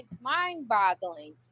mind-boggling